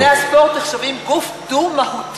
ארגוני הספורט נחשבים גוף דו-מהותי.